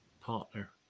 partner